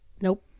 Nope